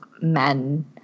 men